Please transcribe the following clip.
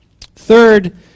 Third